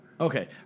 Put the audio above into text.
Okay